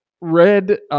red